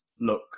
look